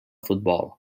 futbol